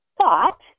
thought